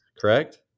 correct